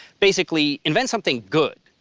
basically, invent something good,